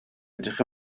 edrych